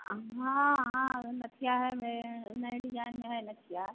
हाँ हाँ नथिया हैं वे नए डिज़ाइन में है नथिया